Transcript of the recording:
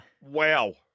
Wow